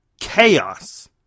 chaos